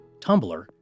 tumblr